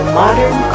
modern